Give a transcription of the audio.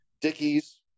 Dickies